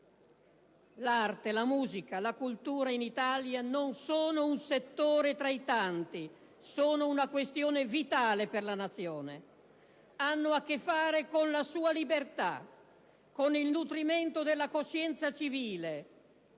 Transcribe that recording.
l'arte, musica, la cultura in Italia non sono un settore tra i tanti: sono una questione vitale per la Nazione. Hanno a che fare con la sua libertà, con il nutrimento della coscienza civile.